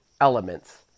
elements